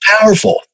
powerful